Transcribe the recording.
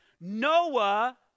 Noah